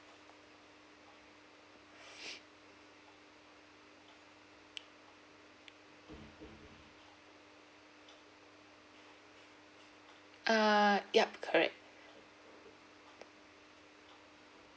uh yup correct